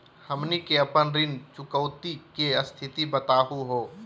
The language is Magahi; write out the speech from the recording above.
हमनी के अपन ऋण चुकौती के स्थिति बताहु हो?